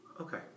Okay